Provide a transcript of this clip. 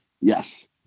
Yes